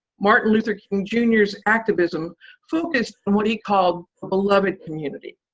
martin luther king, jr s activism focused on what he called the beloved community.